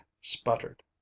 sputtered